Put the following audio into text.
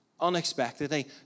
Unexpectedly